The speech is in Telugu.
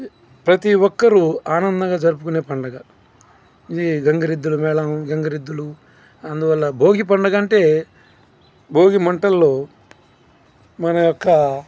ప్రతి ఒక్కరు ఆనందంగా జరుపుకునే పండుగ ఇది గంగిరెద్దుల మేళం గంగిరెద్దులు అందువల్ల భోగి పండగ అంటే భోగిమంటల్లో మన యొక్క